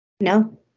No